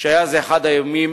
שהיה זה אחד הימים